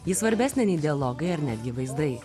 ji svarbesnė nei dialogai ar netgi vaizdai